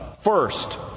First